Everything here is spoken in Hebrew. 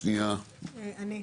אני.